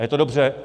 A je to dobře.